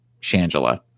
Shangela